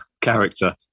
character